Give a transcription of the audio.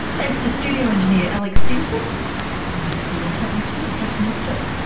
thanks to studio engineer alex stinson and thanks for your company too catch you next week